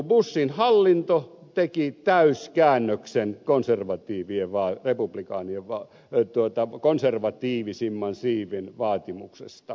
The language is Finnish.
bushin hallinto teki täyskäännöksen konservatiivien vaan republikaani joka oli republikaanien konservatiivisimman siiven vaatimuksesta